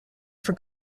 for